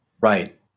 Right